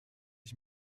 ich